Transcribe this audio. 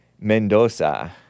Mendoza